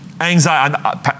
anxiety